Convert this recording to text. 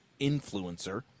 influencer